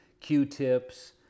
Q-tips